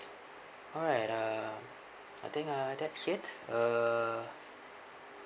alright uh I think uh that's it uh